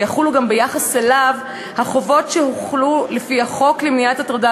ויחולו גם לפיו החובות שהוחלו לפי החוק למניעת הטרדה